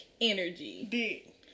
energy